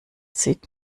sieht